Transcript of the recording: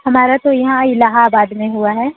हमारा तो यहाँ इलाहाबाद में हुआ है